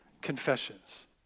confessions